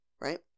right